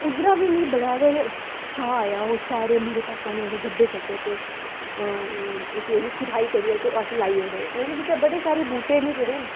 उद्धरा बी मिगी बड़ा गै चाऽ आया ओह् सारे मेरे पापा ने ओह्दे गड्डे कड्डे ते उसी ओह्दी खुदाई करियै ते अस लाई ओड़े ओह्दे बिच्चा बड़े सारे बूह्टे न जेह्ड़े